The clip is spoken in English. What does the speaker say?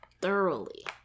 thoroughly